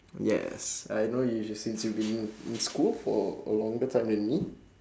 yes I know you since you have been in in school for a longer time than me